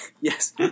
Yes